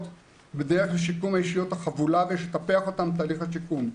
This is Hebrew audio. בדרך השיקום של האישיות החבולה ויש לטפח אותן בתהליך השיקום.